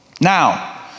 Now